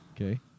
Okay